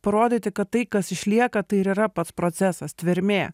parodyti kad tai kas išlieka tai ir yra pats procesas tvermė